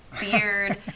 beard